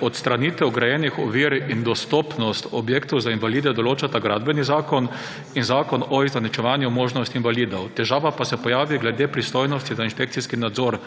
Odstranitev grajenih ovir in dostopnost objektov za invalide določata Gradbeni zakon in Zakon o izenačevanju možnosti invalidov, težava pa se pojavi glede pristojnosti za inšpekcijski nadzor